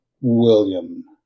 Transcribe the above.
William